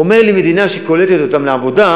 הוא אומר לי: מדינה שקולטת אותם לעבודה,